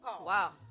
wow